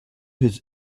his